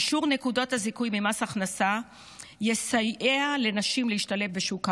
אישור נקודות הזיכוי במס הכנסה יסייע לנשים להשתלב בשוק העבודה.